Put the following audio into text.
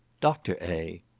dr. a.